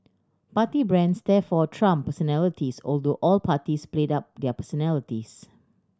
party brands therefore trumped personalities although all parties played up their personalities